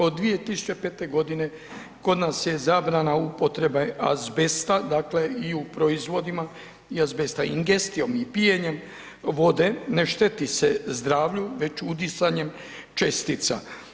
Od 2005. godine kod nas je zabrana upotreba azbesta, dakle i u proizvodima i azbesta ingestijom i pijenjem vode ne šteti se zdravlju već udisanjem čestica.